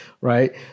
Right